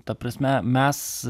ta prasme mes